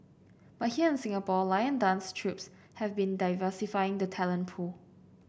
but here in Singapore lion dance trips have been diversifying the talent pool